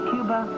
Cuba